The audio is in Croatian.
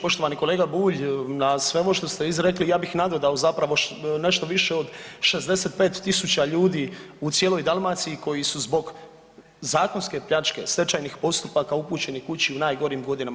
Poštovani kolega Bulj, na sve ovo što ste izrekli ja bih nadodao zapravo nešto više od 65.000 ljudi u cijeloj Dalmaciji koji su zbog zakonske pljačke stečajnih postupaka upućeni kući u najgorim godinama.